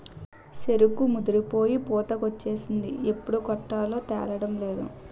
సెరుకు ముదిరిపోయి పూతకొచ్చేసింది ఎప్పుడు కొట్టాలో తేలడంలేదు